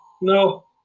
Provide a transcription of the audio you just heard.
No